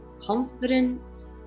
Confidence